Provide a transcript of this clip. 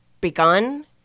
begun